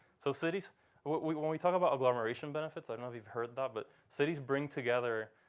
so cities when we talk about agglomeration benefits i know we've heard that. but cities bring together